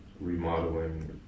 remodeling